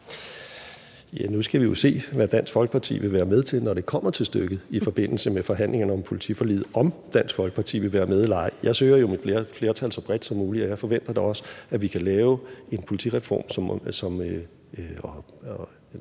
Nu skal vi jo se, hvad Dansk Folkeparti vil være med til, når det kommer til stykket, i forbindelse med forhandlingerne om politiforliget, og om Dansk Folkeparti vil være med eller ej. Jeg søger jo mit flertal så bredt som muligt, og jeg forventer da også, at vi kan lave en aftale om politi